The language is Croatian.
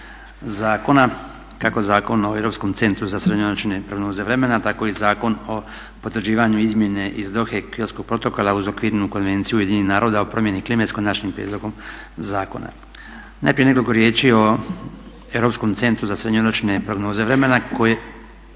zakona, kako Zakon o Europskom centru za srednjoročne prognoze vremena tako i Zakon o potvrđivanju izmjene ih Dohe Kyotskog protokola uz Okvirnu konvenciju Ujedinjenih naroda o promjeni klime sa konačnim prijedlogom zakona. Najprije nekoliko riječi o Europskom centru za srednjoročne prognoze vremena čija